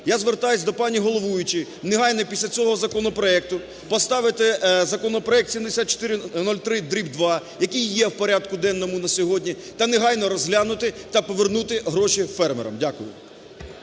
я звертаюся до пані головуючої, негайно після цього законопроекту поставити законопроект 7403/2, який є в порядку денному на сьогодні, та негайно розглянути та повернути гроші фермерам. Дякую.